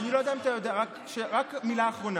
רק מילה אחרונה.